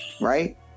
right